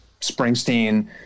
Springsteen